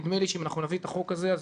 נדמה לי שאם אנחנו נביא את החוק הזה אז